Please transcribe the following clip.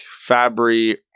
Fabry